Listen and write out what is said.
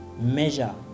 measure